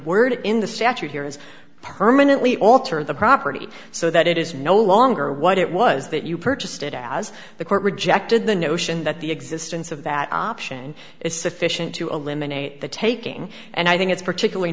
word in the statute here is permanently alter the property so that it is no longer what it was that you purchased it as the court rejected the notion that the existence of that option is sufficient to eliminate the taking and i think it's particularly